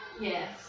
Yes